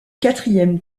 quatrième